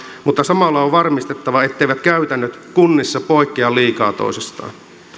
mutta samalla on varmistettava etteivät käytännöt kunnissa poikkea liikaa toisistaan